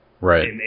right